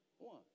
One